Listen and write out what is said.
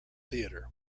theatre